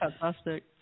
Fantastic